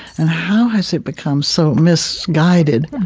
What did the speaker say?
and how has it become so misguided?